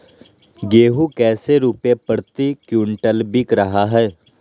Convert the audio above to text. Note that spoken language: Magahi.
गेंहू कैसे रुपए प्रति क्विंटल बिक रहा है?